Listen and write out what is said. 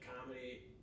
comedy